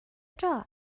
job